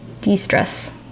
de-stress